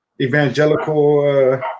evangelical